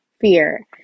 fear